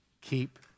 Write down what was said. Keep